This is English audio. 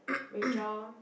Rachel